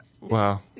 Wow